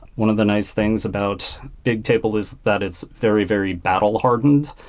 one of the nice things about bigtable is that it's very, very battle hardened.